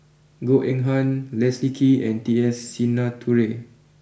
Goh Eng Han Leslie Kee and T S Sinnathuray